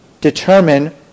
determine